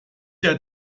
der